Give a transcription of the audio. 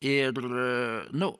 ir nu